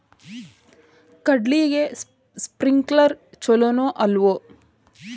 ಕಡ್ಲಿಗೆ ಸ್ಪ್ರಿಂಕ್ಲರ್ ಛಲೋನೋ ಅಲ್ವೋ?